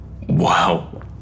Wow